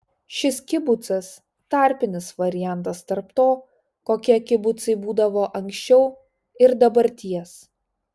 šis kibucas tarpinis variantas tarp to kokie kibucai būdavo anksčiau ir dabarties